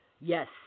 Yes